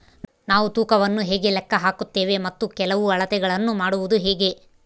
ನಾವು ತೂಕವನ್ನು ಹೇಗೆ ಲೆಕ್ಕ ಹಾಕುತ್ತೇವೆ ಮತ್ತು ಕೆಲವು ಅಳತೆಗಳನ್ನು ಮಾಡುವುದು ಹೇಗೆ?